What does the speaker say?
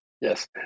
Yes